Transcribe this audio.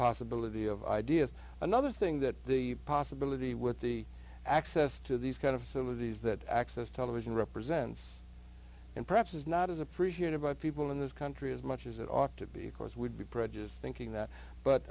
possibility of ideas another thing that the possibility with the access to these kind of some of these that access television represents and perhaps is not as appreciated by people in this country as much as it ought to be because we'd be prejudiced thinking that but